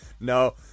no